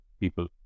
people